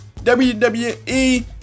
WWE